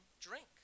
drink